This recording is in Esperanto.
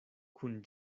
kun